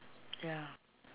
ya